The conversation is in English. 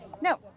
No